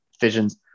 visions